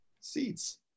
Seats